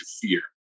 fear